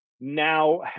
now